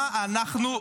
מה אנחנו,